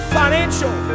financial